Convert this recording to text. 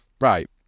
right